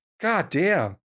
Goddamn